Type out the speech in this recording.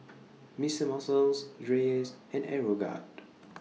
Mister Muscle Dreyers and Aeroguard